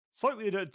slightly